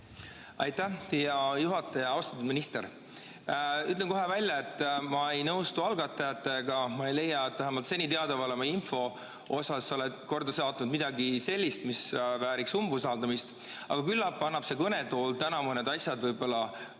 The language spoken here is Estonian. Aitäh, hea juhataja! Austatud minister! Ütlen kohe välja, et ma ei nõustu algatajatega. Ma ei leia, et vähemalt seni teadaoleva info põhjal oleksid sa korda saatnud midagi sellist, mis vääriks umbusaldamist. Aga küllap annab see kõnetool täna võib-olla